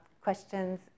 questions